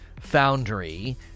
Foundry